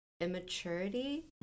immaturity